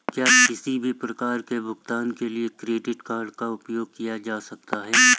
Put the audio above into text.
क्या किसी भी प्रकार के भुगतान के लिए क्रेडिट कार्ड का उपयोग किया जा सकता है?